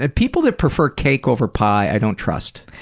ah people that prefer cake over pie, i don't trust.